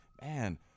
man